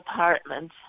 apartment